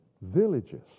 villages